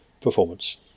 performance